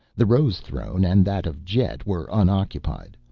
the rose throne and that of jet were unoccupied,